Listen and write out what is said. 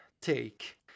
take